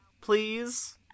please